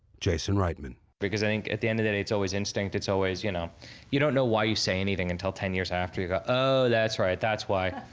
jason reitman. i think, at the end of the day, it's always instinct, it's always you know you don't know why you say anything until ten years after you go, ah that's right, that's why.